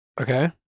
Okay